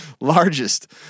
Largest